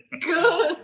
Good